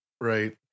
right